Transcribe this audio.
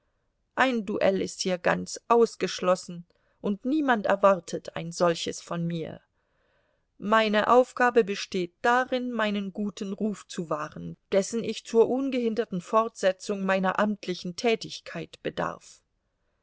ein duell ist hier ganz ausgeschlossen und niemand erwartet ein solches von mir meine aufgabe besteht darin meinen guten ruf zu wahren dessen ich zur ungehinderten fortsetzung meiner amtlichen tätigkeit bedarf